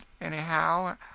anyhow